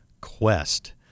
Quest